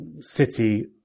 city